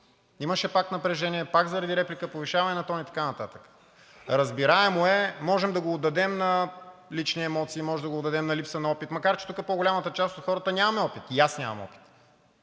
имаше пак напрежение, пак заради реплика, повишаване на тон и така нататък. Разбираемо е, можем да го отдадем на лични емоции, можем да го отдадем на липса на опит, макар че тук по-голямата част от хората нямаме опит. И аз нямам опит.